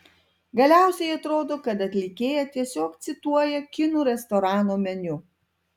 galiausiai atrodo kad atlikėja tiesiog cituoja kinų restorano meniu